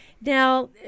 Now